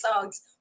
songs